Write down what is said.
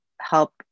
help